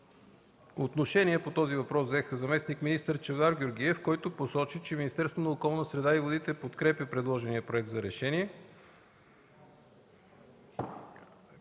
Отношение по този въпрос взе заместник-министър Чавдар Георгиев, който посочи, че Министерството на околната среда и водите подкрепя предложения проект за решение,